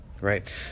right